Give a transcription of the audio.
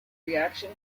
reaction